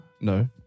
No